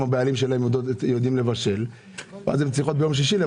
הבעלים יודעים לבשל ואז הן צריכות לבשל ביום שישי.